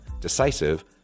decisive